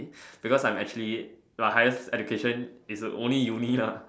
because I'm actually my highest education is only uni lah